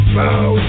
bow